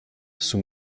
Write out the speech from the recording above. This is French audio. sous